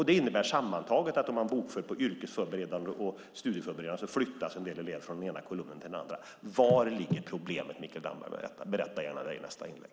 Det innebär sammantaget att om man bokför på yrkesförberedande och studieförberedande flyttas en del elever från den ena kolumnen till den andra. Vari ligger problemet, Mikael Damberg? Berätta gärna det i nästa inlägg!